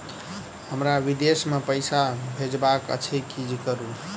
हमरा विदेश मे पैसा भेजबाक अछि की करू?